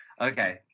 Okay